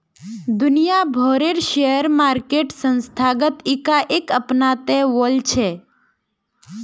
दुनिया भरेर share market संस्थागत इकाईक अपनाते वॉल्छे